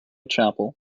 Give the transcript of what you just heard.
chapel